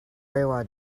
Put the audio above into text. rewa